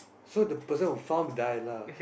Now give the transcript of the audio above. so the person who farm die lah